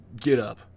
getup